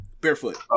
Barefoot